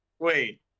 Wait